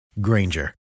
Granger